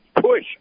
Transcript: push